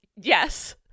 Yes